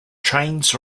trains